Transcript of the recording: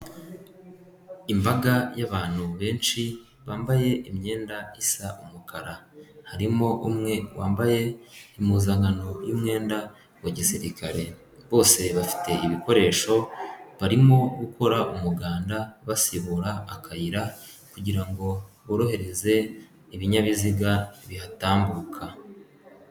Imbaga y'abantu benshi bambaye imyenda isa umukara, harimo umwe wambaye impuzankano y'umwenda wa gisirikare, bose bafite ibikoresho barimo gukora umuganda basibura akayira kugira ngo borohereze ibinyabiziga bihatambuka.